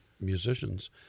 musicians